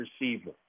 receiver